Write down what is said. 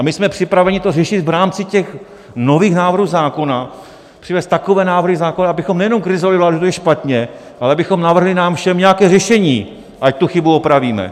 My jsme připraveni to řešit v rámci těch nových návrhů zákona, přivést takové návrhy zákona, abychom nejenom kritizovali vládu, to je špatně, ale abychom navrhli nám všem nějaké řešení, ať tu chybu opravíme.